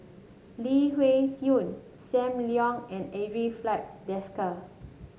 Lee Wung Yew Sam Leong and Andre Filipe Desker